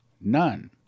none